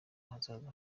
ahazaza